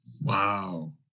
Wow